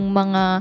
mga